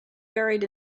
buried